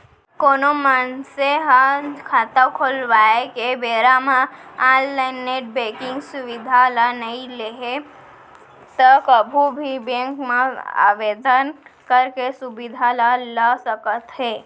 कोनो मनसे ह खाता खोलवाए के बेरा म ऑनलाइन नेट बेंकिंग सुबिधा ल नइ लेहे त कभू भी बेंक म आवेदन करके सुबिधा ल ल सकत हे